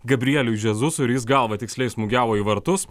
gabrieliui žesusui ir jis galva tiksliai smūgiavo į vartus